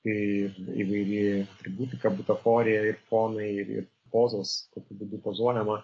kai įvairi atributika butaforija ir fonai ir ir pozos tokiu būdu pozuojama